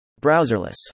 Browserless